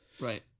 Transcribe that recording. right